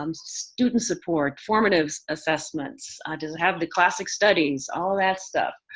um student support, formative assessments. does it have the classic studies, all that stuff.